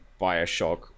bioshock